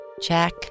Check